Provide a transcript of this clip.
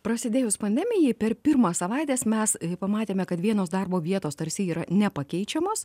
prasidėjus pandemijai per pirmas savaites mes pamatėme kad vienos darbo vietos tarsi yra nepakeičiamos